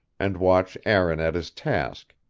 and watch aaron at his task,